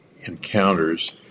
encounters